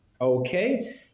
Okay